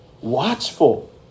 watchful